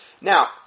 Now